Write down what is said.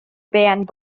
banned